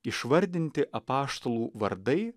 išvardinti apaštalų vardai